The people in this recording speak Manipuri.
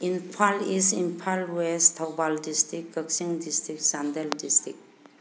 Imphal East Imphal West Thoubal district Kakching district Chandel district